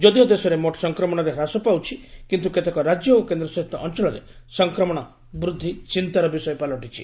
ଯଦିଓ ଦେଶରେ ମୋଟ୍ ସଂକ୍ରମଣରେ ହ୍ରାସ ପାଉଛି କିନ୍ତୁ କେତେକ ରାଜ୍ୟ ଓ କେନ୍ଦ୍ରଶାସିତ ଅଞ୍ଚଳରେ ସଂକ୍ରମଣ ବୃଦ୍ଧି ଚିନ୍ତାର ବିଷୟ ପାଲଟିଛି